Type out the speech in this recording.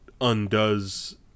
undoes